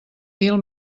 mil